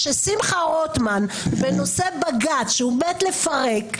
ששמחה רוטמן בנושא בג"ץ שהוא מת לפרק,